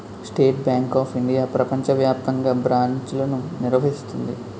state bank of India ప్రపంచ వ్యాప్తంగా బ్రాంచ్లను నిర్వహిస్తుంది